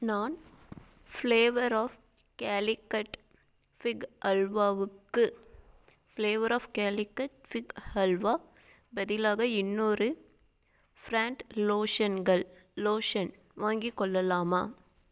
நான் flavour of Calicut fig அல்வாவுக்கு flavour of Calicut fig halwa பதிலாக இன்னொரு ஃப்ரான்ட் லோஷன்கள் லோஷன் வாங்கிக் கொள்ளலாமா